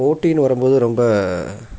போட்டின்னு வரும் போது ரொம்ப